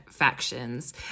factions